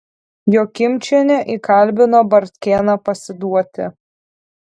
jokimčienė įkalbino bartkėną pasiduoti